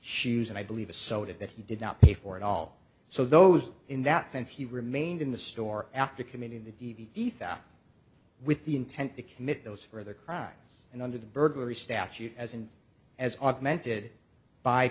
shoes and i believe a so if that he did not pay for it all so those in that sense he remained in the store after committing the ethos with the intent to commit those for the crime and under the burglary statute as and as augmented by